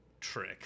trick